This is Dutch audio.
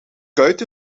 kuit